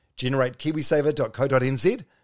generateKiwiSaver.co.nz